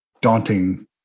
daunting